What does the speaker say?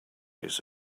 base